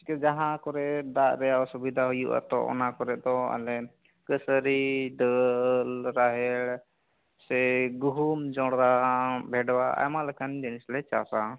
ᱡᱟᱦᱟᱸ ᱠᱚᱨᱮ ᱫᱟᱜ ᱨᱮᱭᱟ ᱚᱥᱩᱵᱤᱫᱷᱟ ᱦᱩᱭᱩᱜᱼᱟ ᱛᱚ ᱚᱱᱟ ᱠᱚᱨᱮ ᱫᱚ ᱟᱞᱮ ᱠᱟᱹᱥᱟᱹᱨᱤ ᱫᱟᱹᱞ ᱨᱟᱦᱮᱲ ᱥᱮ ᱜᱩᱦᱩᱢ ᱡᱚᱱᱰᱨᱟ ᱵᱮᱰᱣᱟ ᱟᱭᱢᱟ ᱞᱮᱠᱟᱱ ᱡᱤᱱᱤᱥ ᱞᱮ ᱪᱟᱥᱟ